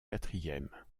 quatrième